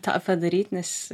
tą padaryt nes